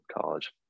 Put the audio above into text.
college